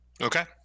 Okay